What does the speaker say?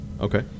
okay